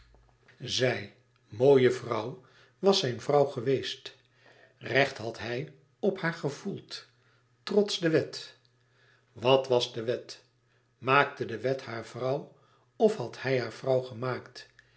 zij mooie vrouw was zijn vrouw geweest recht had hij op haar gevoeld trots de wet wat was de wet maakte de wet haar vrouw of had hij haar vrouw gemaakt